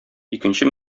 икенче